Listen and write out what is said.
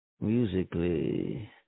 Musically